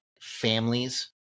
families